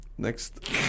Next